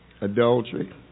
Adultery